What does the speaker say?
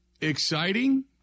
exciting